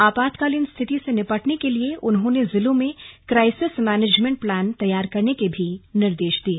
आपातकालीन स्थिति से निपटने के लिए उन्होंने जिलों में क्राइसेस मैनेमेंट प्लान तैयार करने के भी निर्देश दिये